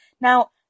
now